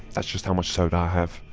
that's just how much so'da i have.